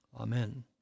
Amen